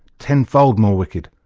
tenfold more wicked,